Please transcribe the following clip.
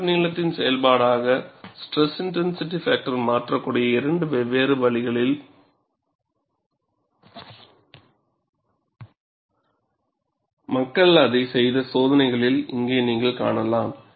crack நீளத்தின் செயல்பாடாக SIF மாற்றக்கூடிய இரண்டு வெவ்வேறு வழிகளில் மக்கள் அதைச் செய்த சோதனைகளில் இங்கே நீங்கள் காணலாம்